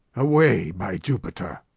away! by jupiter,